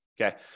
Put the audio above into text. Okay